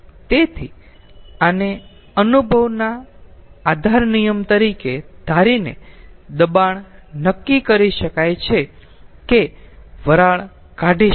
તેથી આને અનુભવના આધાર નિયમ તરીકે ધારીને દબાણ નક્કી કરી શકાય છે કે વરાળ કાઢી શકાય છે